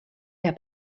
der